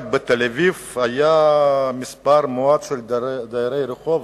רק בתל-אביב היה מספר מועט של דרי רחוב,